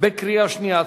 בקריאה שנייה.